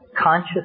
conscious